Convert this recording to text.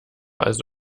also